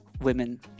women